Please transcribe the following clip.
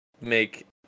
make